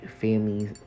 families